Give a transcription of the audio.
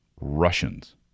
Russians